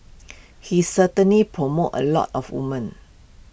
he certainly promoted A lot of woman